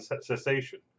cessation